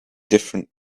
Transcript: different